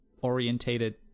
orientated